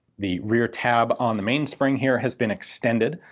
the rear tab on the mainspring here has been extended,